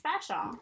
special